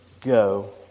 go